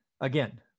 Again